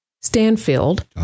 Stanfield